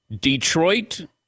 Detroit